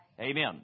Amen